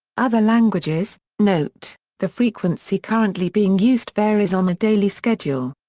other languages note the frequency currently being used varies on a daily schedule.